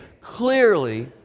clearly